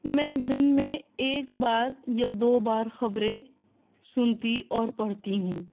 میں دن میں ایک بار یا دو بار خبریں سنتی اور پڑھتی ہوں